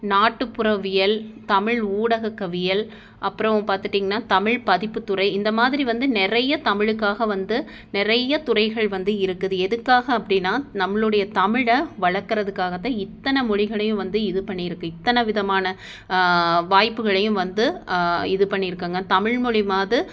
நாட்டுப்புறவியல் தமிழ் ஊடகக்கவியல் அப்புறம் பார்த்துட்டிங்கன்னா தமிழ் பதிப்புத்துறை இந்த மாதிரி வந்து நிறைய தமிழுக்காக வந்து நிறைய துறைகள் வந்து இருக்குது எதுக்காக அப்படினா நம்மளுடைய தமிழை வளக்குறதுக்காகதான் இத்தனை மொழிகளையும் வந்து இது பண்ணியிருக்கு இத்தனை விதமான வாய்ப்புகளையும் வந்து இது பண்ணியிருக்குங்க தமிழ் மொழி வந்து